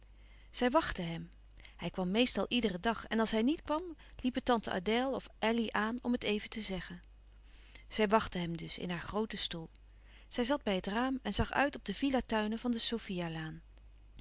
zij wachtte hem hij kwam meestal iederen dag en als hij niet kwam liepen tante adèle of elly aan om het even te zeggen zij wachtte hem dus in haar grooten stoel zij zat bij het raam en zag uit op de villa tuinen van de